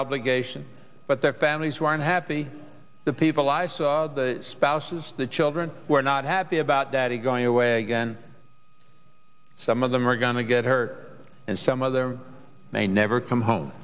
obligation but their families who are unhappy the people i saw the spouses the children were not happy about that he going away again some of them are going to get hurt and some other may never come home